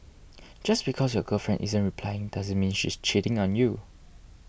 just because your girlfriend isn't replying doesn't mean she's cheating on you